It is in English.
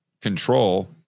control